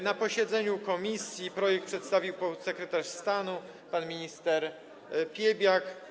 Na posiedzeniu komisji projekt przedstawił podsekretarz stanu pan minister Piebiak.